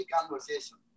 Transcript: conversation